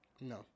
No